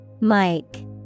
Mike